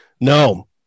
no